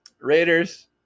Raiders